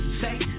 say